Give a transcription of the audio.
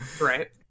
Right